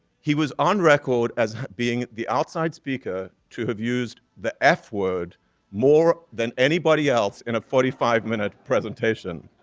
he was on record as being the outside speaker to have used the f word more than anybody else in a forty five minute presentation.